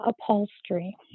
upholstery